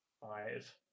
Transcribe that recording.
Five